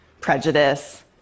prejudice